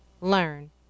learn